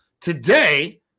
Today